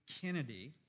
Kennedy